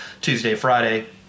Tuesday-Friday